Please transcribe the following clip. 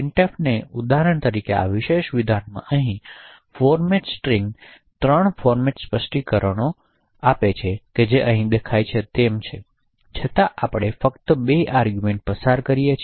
પ્રિંટફને ઉદાહરણ તરીકે આ વિશેષ વિધાનમાં અહીં ફોર્મેટ સ્ટ્રિંગ 3 ફોર્મેટ સ્પષ્ટીકરણો સ્પષ્ટ કરે છે જે અહીં દેખાય છે તેમ છતાં આપણે ફક્ત ૨ આર્ગૂમેંટ પસાર કરી છે